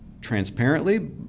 transparently